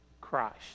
Christ